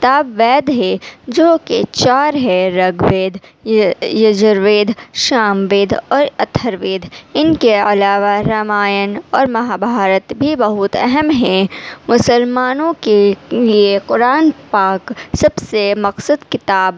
کتاب وید ہے جوکہ چار ہے رگ وید یجر وید شام وید اور اتھر وید ان کے علاوہ رامائن اور مہابھارت بھی بہت اہم ہیں مسلمانوں کے لیے قرآن پاک سب سے مقصد کتاب